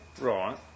Right